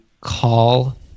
call